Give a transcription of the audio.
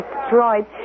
destroyed